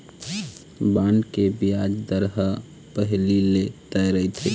bond के बियाज दर ह पहिली ले तय रहिथे